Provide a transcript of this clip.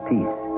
Peace